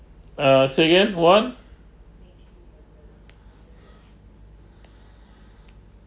uh say again one